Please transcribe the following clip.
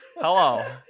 Hello